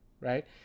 Right